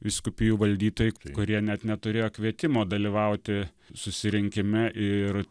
vyskupijų valdytojai kurie net neturėjo kvietimo dalyvauti susirinkime ir